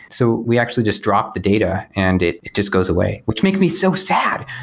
so we actually just dropped the data and it it just goes away, which makes me so sad.